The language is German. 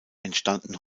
entstanden